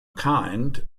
kind